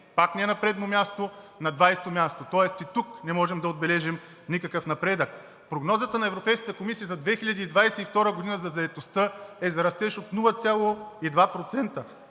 пак не на предно място, на 20-о място, тоест и тук не можем да отбележим никакъв напредък. Прогнозата на Европейската комисия за 2022 г. за заетостта е за растеж от 0,2%